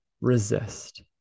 resist